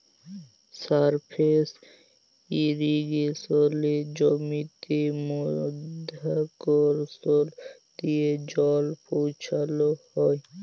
surface ইরিগেসলে জমিতে মধ্যাকরসল দিয়ে জল পৌঁছাল হ্যয়